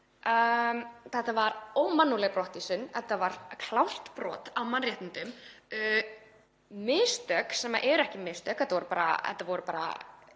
Þetta var ómannúðleg brottvísun, klárt brot á mannréttindum, mistök sem eru ekki mistök, þetta voru bara